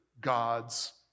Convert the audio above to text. God's